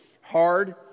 hard